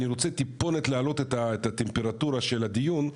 אני רוצה טיפונת לעלות את הטמפרטורה של הדיון,